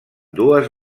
dues